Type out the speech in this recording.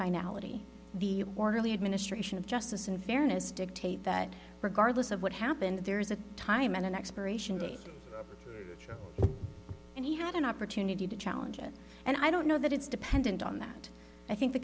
finality the orderly administration of justice and fairness dictate that regardless of what happened there is a time and an expiration date and he had an opportunity to challenge it and i don't know that it's dependent on that i think th